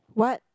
what